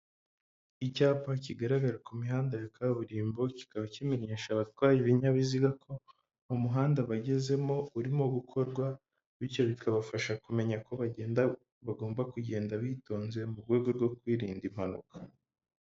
Icyapa kigaragara ku mihanda ya kaburimbo, kikaba kimenyesha abatwaye ibinyabiziga ko umuhanda bagezemo urimo gukorwa, bityo bikabafasha kumenya ko bagenda bagomba kugenda bitonze mu rwego rwo kwirinda impanuka.